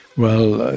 well,